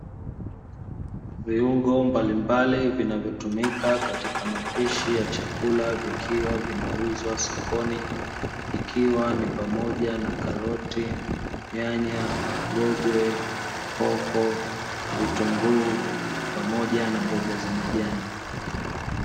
Viungo mbalimbali vinavyotumika katika mapishi ya chakula vikiwa vinauzwa sokoni ikiwa ni pamoja na karoti, nyanya, ngogwe, hoho, vitunguu pamoja na mboga za majani.